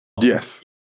Yes